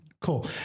Cool